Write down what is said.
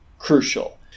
Crucial